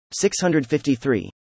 653